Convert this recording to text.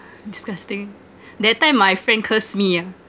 disgusting that time my friend curse me ah